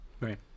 Right